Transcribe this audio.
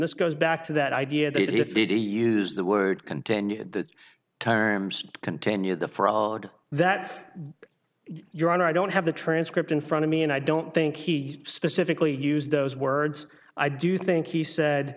this goes back to that idea that if they do use the word continued the terms continue the frog that your honor i don't have the transcript in front of me and i don't think he specifically used those words i do think he said